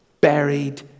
buried